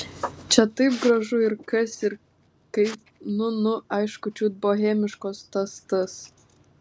čia taip gražu ir kas ir kaip nu nu aišku čiut bohemiškos tas tas